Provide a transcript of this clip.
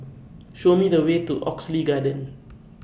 Show Me The Way to Oxley Garden